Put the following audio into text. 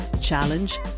challenge